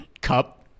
cup